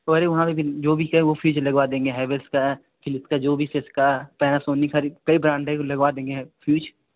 जो भी कहे फ्यूज़ लगवा देंगे हेवेल्स का है फिलिप्स का जो भी सिसका पेनासोनिक हरि कई ब्रांड हैं लगवा देंगे फ्यूज़